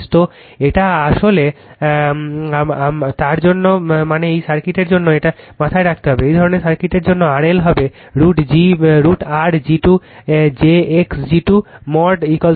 তো এটা আসলে তার জন্য মানে এই সার্কিটের জন্য এটা মাথায় রাখতে হবে এই ধরনের সার্কিটের জন্য RL হবে √R g 2 j x g 2mod g